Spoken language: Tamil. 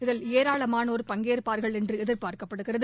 இதில் ஏராளமானோர் பங்கேற்பார்கள் என்று எதிர்பார்க்க்ப்படுகிறது